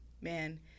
Man